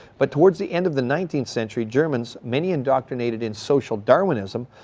but towards the end of the nineteenth century, germans, many indoctrinated in social darwinism,